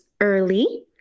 early